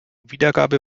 wiedergabe